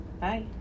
Bye